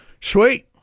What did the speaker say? Sweet